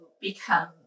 become